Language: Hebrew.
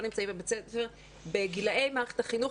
לא נמצאים בבית ספר בגילאי מערכת החינוך,